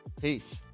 peace